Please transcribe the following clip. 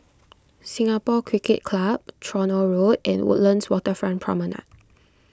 Singapore Cricket Club Tronoh Road and Woodlands Waterfront Promenade